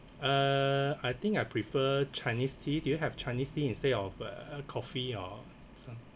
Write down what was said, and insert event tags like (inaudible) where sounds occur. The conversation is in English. uh I think I prefer chinese tea do you have chinese tea instead of uh coffee or (noise)